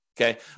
Okay